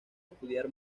estudiar